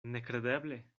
nekredeble